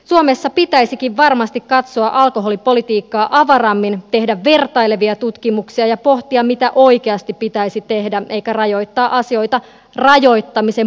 suomessa pitäisikin varmasti katsoa alkoholipolitiikkaa avarammin tehdä vertailevia tutkimuksia ja pohtia mitä oikeasti pitäisi tehdä eikä rajoittaa asioita rajoittamisen puhtaasta ilosta